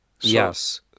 yes